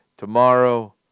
Tomorrow